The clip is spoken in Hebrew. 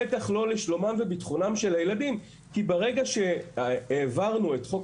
בטח לא לשלומם וביטחונם של הילדים כי ברגע שהעברנו את חוק